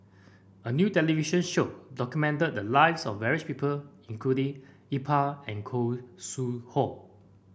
a new television show documented the lives of various people including Iqbal and Khoo Sui Hoe